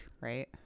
Right